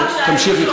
תמשיכי, תמשיכי.